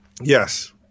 Yes